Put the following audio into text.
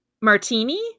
Martini